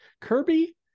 Kirby